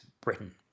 Britain